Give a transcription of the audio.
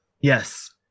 yes